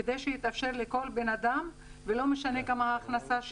כדי שיתאפשר לכל בן אדם בלי קשר להכנסתו